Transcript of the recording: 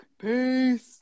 Peace